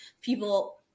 people